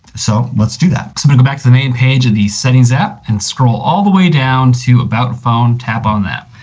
so, let's do that. so we but go back to the main page of the settings app and scroll all the way down to about phone, tap on that.